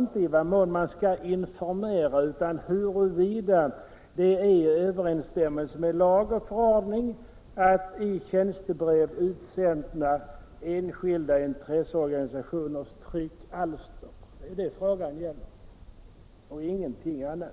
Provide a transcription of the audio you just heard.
det = rial från intresseorinte i vad mån man skall informera utan huruvida det står i överens = ganisation stämmelse med lag och förordning att i tjänstebrev utsända enskilda intresseorganisationers tryckalster. Det är det frågan gäller och ingenting annat.